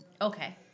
Okay